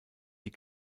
die